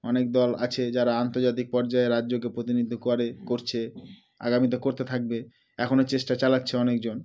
অনেক দল আছে যারা আন্তর্জাতিক পর্যায়ে রাজ্যকে প্রতিনিধিত্ব করে করছে আগামীতে করতে থাকবে এখনও চেষ্টা চালাচ্ছে অনেকজন